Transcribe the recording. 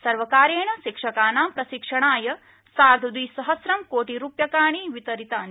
सर्वकारेण शिक्षकानां प्रशिक्षणाय सार्धद्विसहस्रं कोटिरुप्यकाणि वितरितानि